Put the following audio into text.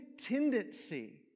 tendency